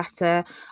better